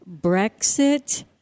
Brexit